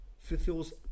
fulfills